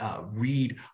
read